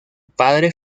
padre